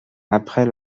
après